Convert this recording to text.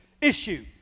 issue